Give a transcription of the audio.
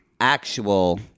actual